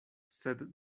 sed